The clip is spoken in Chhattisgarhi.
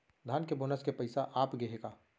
धान के बोनस के पइसा आप गे हे का?